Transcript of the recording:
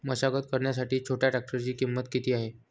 मशागत करण्यासाठी छोट्या ट्रॅक्टरची किंमत किती आहे?